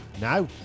now